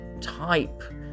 type